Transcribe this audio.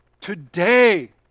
Today